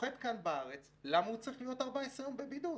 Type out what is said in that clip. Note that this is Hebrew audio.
נוחת כאן בארץ, למה הוא צריך להיות 14 יום בבידוד?